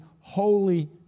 Holy